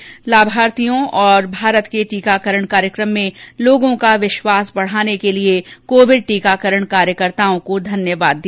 श्री मोदी ने लाभार्थियों और भारत के टीकाकरण कार्यक्रम में लोगों का विश्वास बढ़ाने के लिए कोविड टीकाकरण कार्यकर्ताओं को धन्यवाद दिया